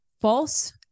false